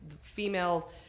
female